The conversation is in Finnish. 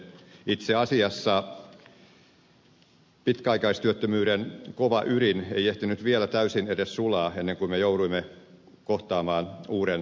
itse asiassa pitkäaikaistyöttömyyden kova ydin ei ehtinyt vielä täysin edes sulaa ennen kuin me jouduimme kohtaamaan uuden talouskriisin